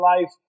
life